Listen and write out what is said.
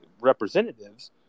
representatives